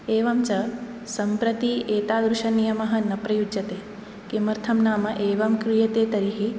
एवञ्च सम्प्रति एतादृशनियमः न प्रयुज्यते किमर्थं नाम एवं क्रियते तर्हि